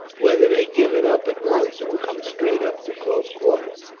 whether they give it up at once, or come straight up to close quarters.